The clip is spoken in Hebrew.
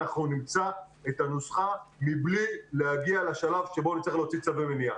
אנחנו נמצא את הנוסחה מבלי להגיע לשלב שבו אפשר להוציא צווי מניעה.